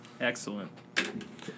Excellent